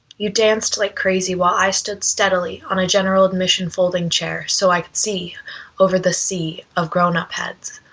you danced like crazy while i stood steadily on a general admission folding chair so i could see over the sea of grown-up heads.